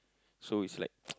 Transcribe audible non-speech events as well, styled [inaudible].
so it's like [noise]